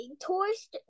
toys